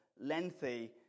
lengthy